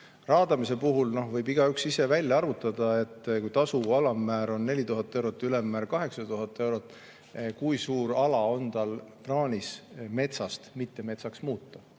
Raadamise puhul võib igaüks ise välja arvutada, et kui tasu alammäär on 4000 eurot ja ülemmäär 8000 eurot, siis selle alusel, kui suur ala on tal plaanis metsast mittemetsaks muuta,